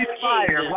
fire